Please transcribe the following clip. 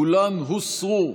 כולן הוסרו.